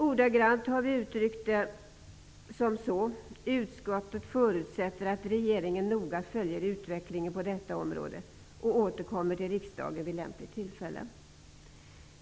Ordagrant har vi uttryckt det som att: ''Utskottet förutsätter att regeringen noga följer utvecklingen på detta område och återkommer till riksdagen vid lämpligt tillfälle.''